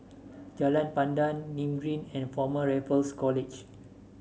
Jalan Pandan Nim Green and Former Raffles College